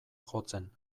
jotzen